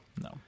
No